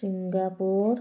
Singapore